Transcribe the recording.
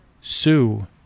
Sue